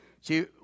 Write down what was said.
See